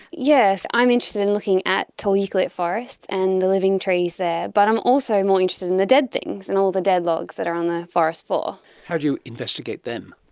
yes, i'm interested in looking at tall eucalypt forests and the living trees there, but i'm also more interested in the dead things and all the dead logs that are on the forest floor. how do investigate them?